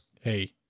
hey